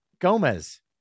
Gomez